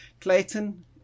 Clayton